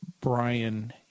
Brian